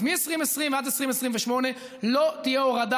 אז מ-2020 ועד 2028 לא תהיה הורדה.